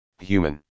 human